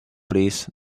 please